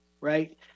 right